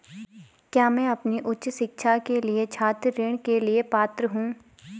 क्या मैं अपनी उच्च शिक्षा के लिए छात्र ऋण के लिए पात्र हूँ?